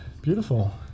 beautiful